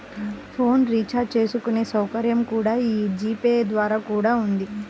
phone recharge చేసుకునే సౌకర్యం కూడా యీ జీ పే ద్వారా కూడా ఉంది